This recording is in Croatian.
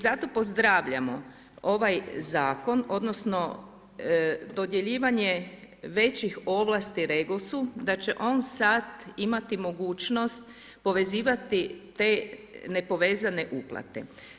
Zato pozdravljamo ovaj Zakon, odnosno dodjeljivanje većih ovlasti REGOS-u da će on sad imati mogućnost povezivati te nepovezane uplate.